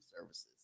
services